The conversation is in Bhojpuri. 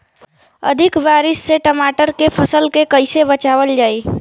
अधिक बारिश से टमाटर के फसल के कइसे बचावल जाई?